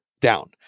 down